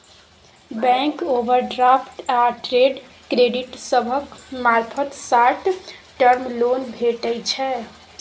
bank overdraft या trade credit सभक मार्फत शॉर्ट टर्म लोन भेटइ छै